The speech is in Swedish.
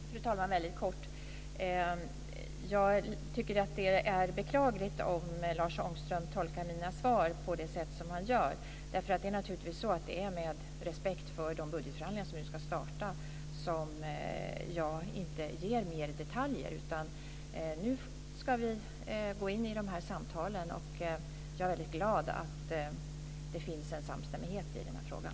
Fru talman! Jag tycker att det är beklagligt om Lars Ångström tolkar mina svar på det sätt som han gör. Det är naturligtvis av respekt för de budgetförhandlingar som nu ska starta som jag inte ger mer detaljer. Nu ska vi gå in i de här samtalen, och jag är väldigt glad att det finns en samstämmighet i den här frågan.